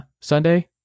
sunday